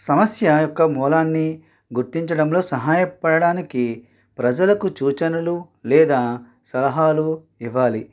సమస్య యొక్క మూలాన్ని గుర్తించడంలో సహాయపడడానికి ప్రజలకు సూచనలు లేదా సలహాలు ఇవ్వాలి